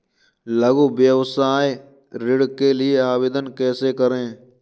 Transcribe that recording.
लघु व्यवसाय ऋण के लिए आवेदन कैसे करें?